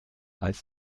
als